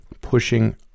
pushing